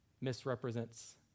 misrepresents